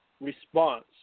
response